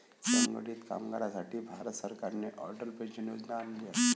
असंघटित कामगारांसाठी भारत सरकारने अटल पेन्शन योजना आणली आहे